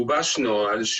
גובש נוהל,